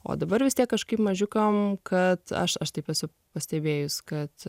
o dabar vis tiek kažkaip mažiukam kad aš aš taip esu pastebėjus kad